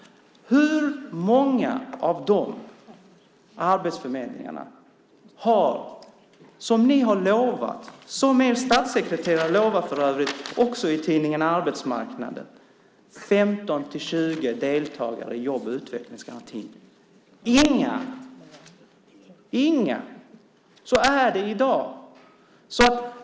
Hur många av de arbetsförmedlingarna har 15-20 deltagare i jobb och utvecklingsgarantin? Det har ni lovat. Er statssekreterare lovade det, för övrigt också i tidningen Arbetsmarknaden. Inga! Så är det i dag.